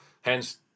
hence